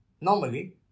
normally